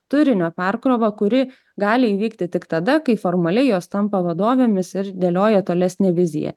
turinio perkrova kuri gali įvykti tik tada kai formaliai jos tampa vadovėmis ir dėlioja tolesnę viziją